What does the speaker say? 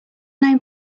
name